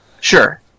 Sure